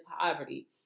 poverty